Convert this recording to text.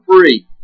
free